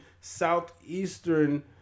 southeastern